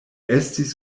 estis